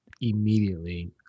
immediately